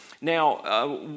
Now